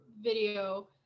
video